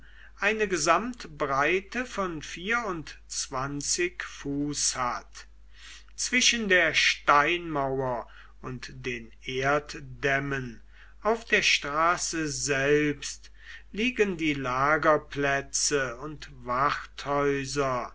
eine gesamtbreite von zwanzig fuß hat zwischen der steinmauer und den erddämmen auf der straße selbst liegen die lagerplätze und